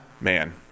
man